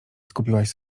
skupiłaś